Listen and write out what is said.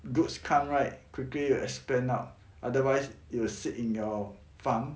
goods come right quickly expand out otherwise it will sit in your farm